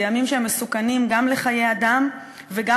אלה ימים שהם מסוכנים גם לחיי אדם וגם